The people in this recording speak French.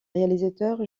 réalisateurs